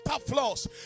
flaws